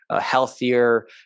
healthier